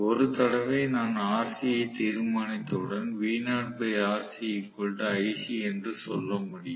ஒரு தடவை நான் Rc ஐ தீர்மானித்தவுடன் என்று சொல்ல முடியும்